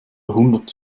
hundert